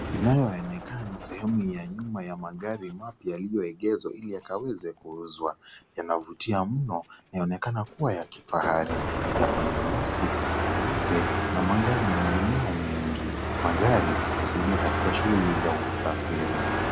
Inayoonekana ni sehemu ya nyuma ya magari mapya yaliyoegeshwa ili yakaweza kuuzwa yanavutia mno inaonekana kuwa ya kifahari yapo meusi, meupe na magari mengineo mengi magari husaidia katika shughuli za usafiri.